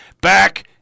back